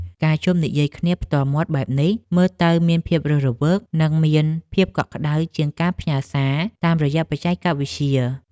ការជួបនិយាយគ្នាផ្ទាល់មាត់បែបនេះ មើលទៅមានភាពរស់រវើក និងមានភាពកក់ក្តៅជាងការផ្ញើសារតាមរយៈបច្ចេកវិទ្យា។